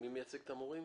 מי מייצג את המורים?